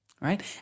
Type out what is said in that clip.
right